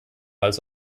als